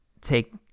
take